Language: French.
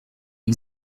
est